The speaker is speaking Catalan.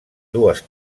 dues